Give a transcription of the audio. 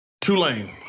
Tulane